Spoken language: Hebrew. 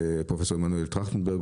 לפרופסור עמנואל טרכטנברג,